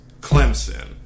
Clemson